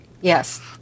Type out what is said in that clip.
Yes